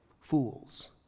fools